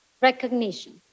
recognition